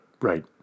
Right